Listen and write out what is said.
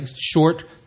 short